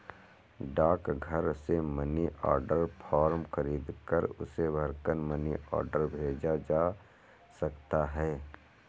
डाकघर से money order form खरीदकर उसे भरकर मनी ऑर्डर भेजा जा सकता है